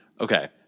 Okay